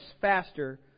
faster